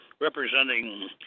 representing